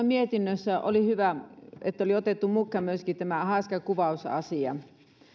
mietinnössä oli hyvä että oli otettu mukaan myöskin tämä haaskakuvausasia